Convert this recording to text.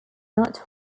not